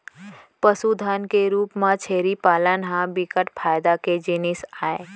पसुधन के रूप म छेरी पालन ह बिकट फायदा के जिनिस आय